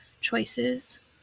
choices